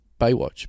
Baywatch